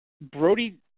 Brody